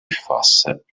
fasses